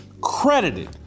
credited